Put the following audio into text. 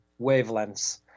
wavelengths